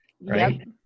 right